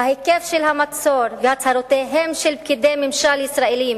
ההיקף של המצור, והצהרותיהם של פקידי ממשל ישראלים